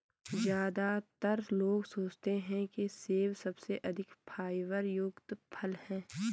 ज्यादातर लोग सोचते हैं कि सेब सबसे अधिक फाइबर युक्त फल है